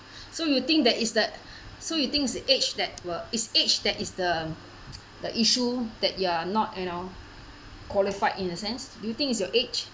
so you think that is the so you think it's the age that were is age that is the the issue that you are not you know qualified in a sense do you think it's your age